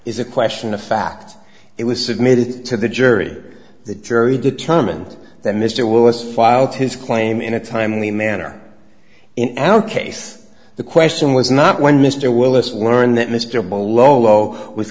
is a question of fact it was submitted to the jury the jury determined that mr willis filed his claim in a timely manner in our case the question was not when mr willis warned that mr b